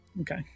okay